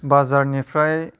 बाजारनिफ्राय